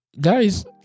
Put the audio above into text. guys